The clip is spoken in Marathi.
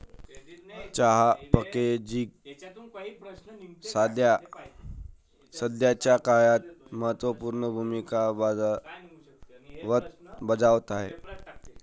चहा पॅकेजिंग सध्याच्या काळात महत्त्व पूर्ण भूमिका बजावत आहे